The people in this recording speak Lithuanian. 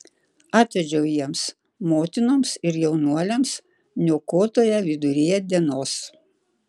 atvedžiau jiems motinoms ir jaunuoliams niokotoją viduryje dienos